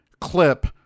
clip